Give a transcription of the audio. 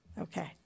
Okay